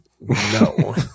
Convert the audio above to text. no